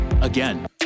Again